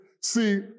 See